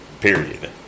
period